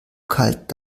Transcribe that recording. kalt